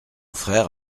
frère